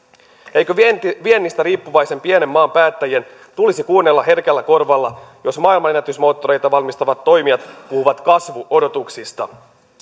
eikö viennistä riippuvaisen pienen maan päättäjien tulisi kuunnella herkällä korvalla jos maailmanennätysmoottoreita valmistavat toimijat puhuvat kasvuodotuksista